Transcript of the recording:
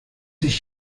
ich